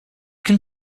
can